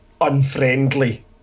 unfriendly